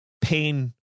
pain